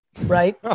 Right